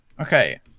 okay